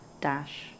dash